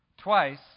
Twice